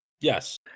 yes